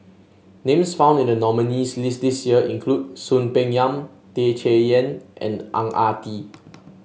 names found in the nominees' list this year include Soon Peng Yam Tan Chay Yan and Ang Ah Tee